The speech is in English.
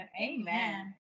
Amen